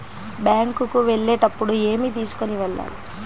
Bank కు వెళ్ళేటప్పుడు ఏమి తీసుకొని వెళ్ళాలి?